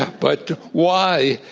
but why,